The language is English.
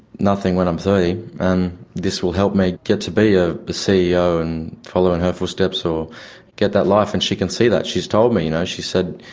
nothing when i'm thirty, and this will help me get to be a ceo and follow in her footsteps or get that life, and she can see that, she's told me. you know she is said,